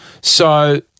So-